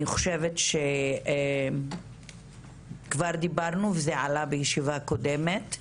אני חושבת שכבר דיברנו וזה עלה בישיבה הקודמת,